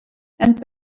and